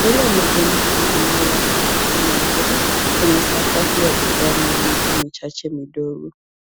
Mbele ya majengo kuna eneo la kuegesha magari yenye sakafu ya vigae na miti michache midogo.